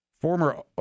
former